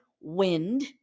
wind